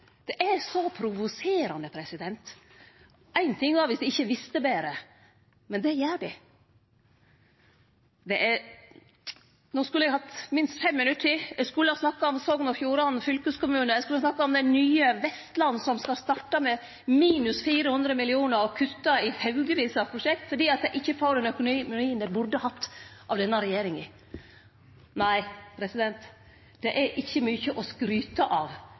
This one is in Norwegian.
Det er så provoserande. Ein ting var om dei ikkje visste betre, men det gjer dei. No skulle eg hatt minst fem minutt til. Eg skulle ha snakka om Sogn og Fjordane fylkeskommune, eg skulle ha snakka om det nye Vestland, som skal starta med minus 400 mill. kr og kutt i haugevis av prosjekt, fordi dei ikkje får den økonomien dei burde hatt av denne regjeringa. Nei, det er ikkje mykje å skryte av,